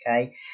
okay